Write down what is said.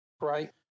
Right